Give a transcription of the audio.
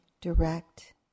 direct